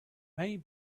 may